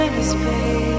space